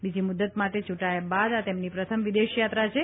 બીજી મૃદત માટે ચૂંટાયા બાદ આ તેમની પ્રથમ વિદેશયાત્રા છે